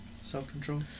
Self-control